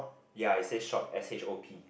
ya it says shop S_H_O_P